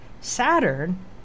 Saturn